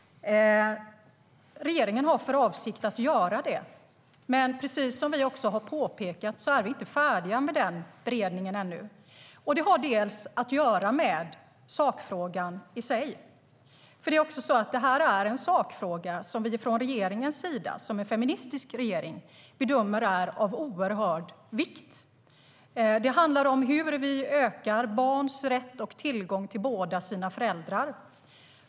Regeringen har för avsikt att göra det. Men som vi också har påpekat är vi inte färdiga med beredningen ännu. Det har delvis att göra med sakfrågan i sig. Det här är en sakfråga som regeringen, som är en feministisk regering, bedömer är av oerhörd vikt. Den handlar om hur vi ökar barns rätt och tillgång till båda sina föräldrar.